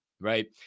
right